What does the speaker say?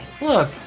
Look